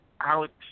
Alex